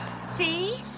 See